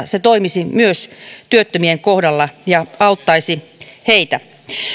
se toimisi myös työttömien kohdalla ja auttaisi heitä